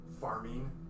farming